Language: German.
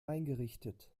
eingerichtet